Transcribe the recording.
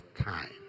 time